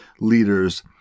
leaders